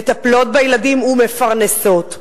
מטפלות בילדים ומפרנסות.